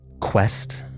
quest